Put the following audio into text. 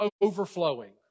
overflowing